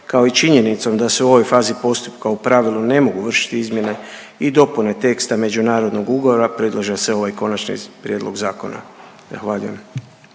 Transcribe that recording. kao i činjenicom da se u ovoj fazi postupka u pravilu ne mogu vršiti izmjene i dopune teksta međunarodnog ugovora predlaže se ovaj Konačni prijedlog zakona. Zahvaljujem.